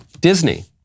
Disney